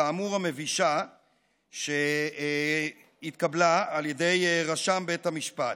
כאמור, המבישה, שהתקבלה על ידי רשם בית המשפט.